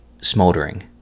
smoldering